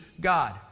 God